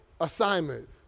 assignment